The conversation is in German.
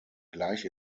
gleich